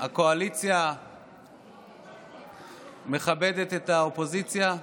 הקואליציה מכבדת את האופוזיציה,